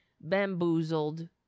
bamboozled